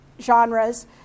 genres